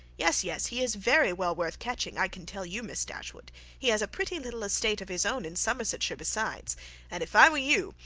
yes, yes, he is very well worth catching i can tell you, miss dashwood he has a pretty little estate of his own in somersetshire besides and if i were you,